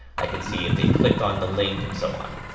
i can see if they clicked on the link and so on,